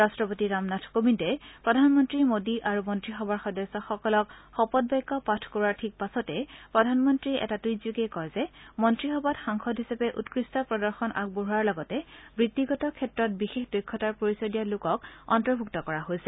ৰট্টপতি ৰামনাথ কোবিন্দে প্ৰধানমন্তী মোডী আৰু মন্ত্ৰীসভাৰ সদস্যসকলক শপতবাক্য পাঠ কৰোৱাৰ ঠিক পাছতে প্ৰধানমন্ত্ৰীয়ে এটা টুইটযোগে কয় যে মন্ত্ৰীসভাত সাংসদ হিচাপে উৎকৃষ্ট প্ৰদৰ্শন আগবঢ়োৱাৰ লগতে বৃত্তিগত ক্ষেত্ৰত বিশেষ দক্ষতাৰ পৰিচয় দিয়া লোকক অন্তৰ্ভুক্ত কৰা হৈছে